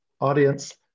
audience